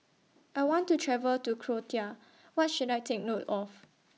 I want to travel to Croatia What should I Take note of